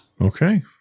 okay